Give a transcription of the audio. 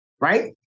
right